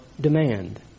demand